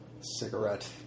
Cigarette